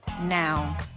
now